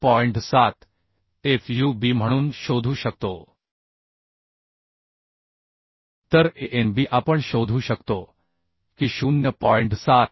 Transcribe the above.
7 fub म्हणून शोधू शकतो तरAnb आपण शोधू शकतो की 0